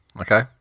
Okay